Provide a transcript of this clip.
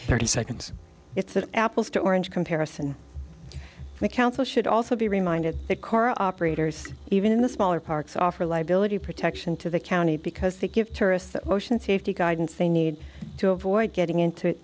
thirty seconds it's an apples to oranges comparison the council should also be reminded that core operators even the smaller parks offer liability protection to the county because they give tourists the ocean safety guidance they need to avoid getting into